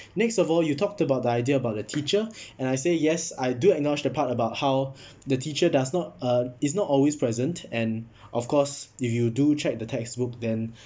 next of all you talked about the idea about the teacher and I say yes I do acknowledge the part about how the teacher does not uh is not always present and of course if you do check the textbook then